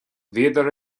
bhíodar